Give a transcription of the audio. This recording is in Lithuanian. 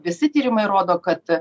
visi tyrimai rodo kad